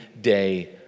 day